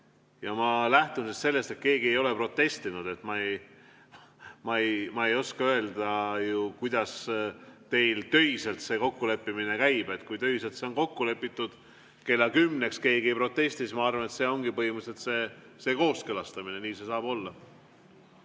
Ma lähtun sellest, et keegi ei ole protestinud. Ma ei oska öelda ju, kuidas teil töiselt see kokkuleppimine käib. Kui töiselt on see kokku lepitud kella 10-ks, keegi ei protesti, siis ma arvan, et see ongi põhimõtteliselt see kooskõlastamine, nii see saab olla.